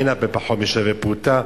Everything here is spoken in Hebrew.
אין הרבה פחות משווה פרוטה,